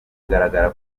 kugaragara